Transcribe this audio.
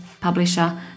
publisher